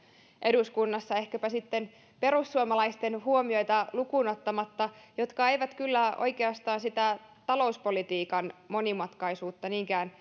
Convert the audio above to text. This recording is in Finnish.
eduskunnassa ehkäpä sitten perussuomalaisten huomioita lukuun ottamatta jotka eivät kyllä oikeastaan sitä talouspolitiikan monimutkaisuutta niinkään